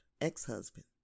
ex-husband